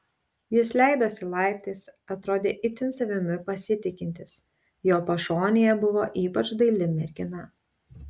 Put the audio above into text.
jis leidosi laiptais atrodė itin savimi pasitikintis jo pašonėje buvo ypač daili mergina